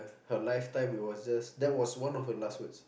her lifetime it was just that was one her last words